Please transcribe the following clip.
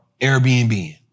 airbnb